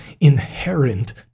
inherent